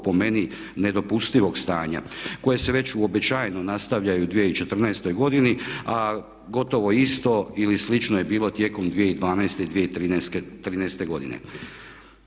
po meni nedopustivog stanja koje se već uobičajeno nastavlja i u 2014. godini a gotovo isto ili slično je bilo tijekom 2012. i 2013. godine.